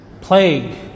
plague